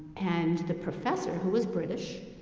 and the professor, who was british,